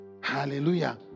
Hallelujah